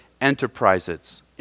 enterprises